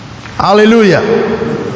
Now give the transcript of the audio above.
hallelujah